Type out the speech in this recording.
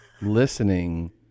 listening